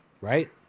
right